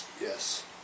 Yes